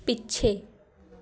ਪਿੱਛੇ